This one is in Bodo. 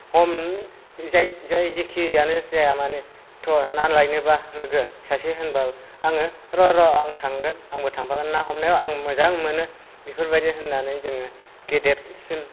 हमनो जाय जाय जेखियानो जायामानो थु' ना लायनोबा लोगो सासे होनबा आङो र' र' आं थांगोन आंबो थांफागोन ना हमनायाव आं मोजां मोनो बेफोरबायदि होननानै जोङो गेदेरसिन